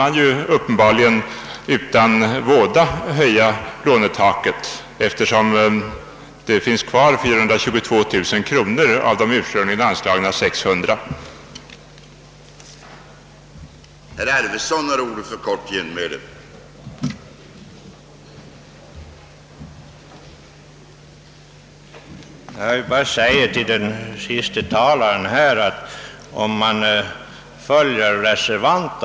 Man kan uppenbarligen höja lånetaket utan för stor belastning av anslaget, eftersom det finns kvar 422 000 kronor av det ursprungliga anslaget på 600 000 kronor.